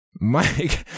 Mike